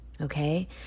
okay